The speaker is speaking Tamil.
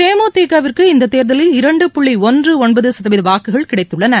தேமுதிகவிற்கு இந்தத் தேர்தலில் இரண்டு புள்ளி ஒன்று ஒன்பது சதவீத வாக்குகள் கிடைத்துள்ளன